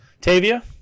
Tavia